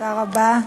תודה רבה.